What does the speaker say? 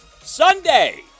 Sunday